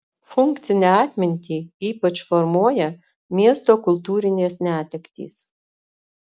funkcinę atmintį ypač formuoja miesto kultūrinės netektys